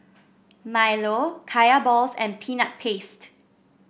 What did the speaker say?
milo Kaya Balls and Peanut Paste